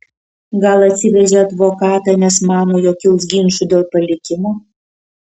gal atsivežė advokatą nes mano jog kils ginčų dėl palikimo